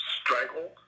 strangled